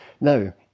Now